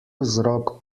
vzrok